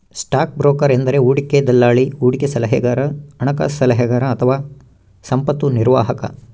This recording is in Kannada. ಸ್ಟಾಕ್ ಬ್ರೋಕರ್ ಎಂದರೆ ಹೂಡಿಕೆ ದಲ್ಲಾಳಿ, ಹೂಡಿಕೆ ಸಲಹೆಗಾರ, ಹಣಕಾಸು ಸಲಹೆಗಾರ ಅಥವಾ ಸಂಪತ್ತು ನಿರ್ವಾಹಕ